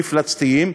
מפלצתיים,